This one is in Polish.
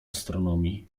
astronomii